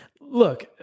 look